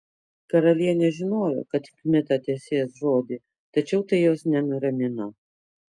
karalienė žinojo kad kmita tesės žodį tačiau tai jos nenuramino